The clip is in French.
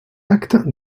acte